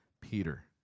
Peter